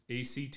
ACT